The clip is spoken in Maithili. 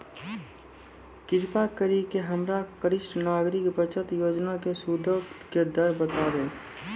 कृपा करि के हमरा वरिष्ठ नागरिक बचत योजना के सूदो के दर बताबो